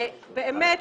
אני